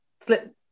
slip